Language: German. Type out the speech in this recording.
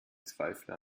zweifel